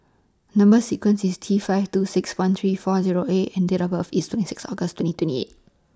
Number sequence IS T five two six one three four Zero A and Date of birth IS twenty six August twenty twenty eight